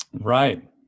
Right